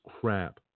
crap